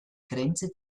grenze